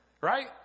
right